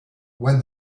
when